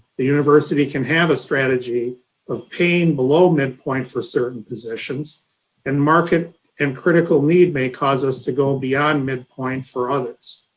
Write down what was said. the university can have a strategy of paying below midpoint for certain positions and and critical need may cause us to go beyond midpoint for others.